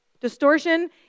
Distortion